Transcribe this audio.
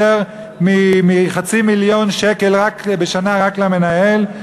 יותר מחצי מיליון שקל בשנה רק למנהל,